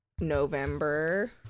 November